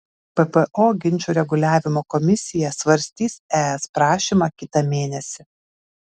ppo ginčų reguliavimo komisija svarstys es prašymą kitą mėnesį